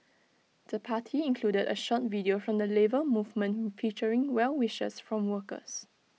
the party included A short video from the Labour Movement featuring well wishes from workers